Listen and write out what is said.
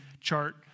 chart